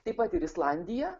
taip pat ir islandija